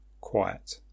quiet